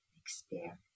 experience